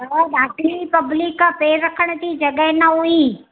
ॾाढी पब्लिक आहे पैरु रखण जी जॻहि न हुई